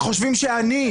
שחושבים שאני,